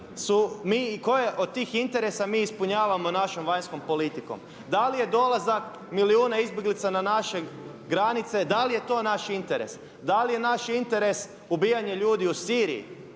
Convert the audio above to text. koje od tih interesa mi ispunjavamo našom vanjskom politikom? Da li je dolazak milijuna izbjeglica na naše granice da li je to naš interes? Da li je naš interes ubijanje ljudi u Siriji